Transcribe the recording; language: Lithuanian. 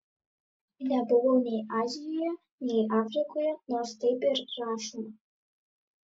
nebuvau nei azijoje nei afrikoje nors taip ir rašoma